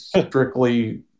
strictly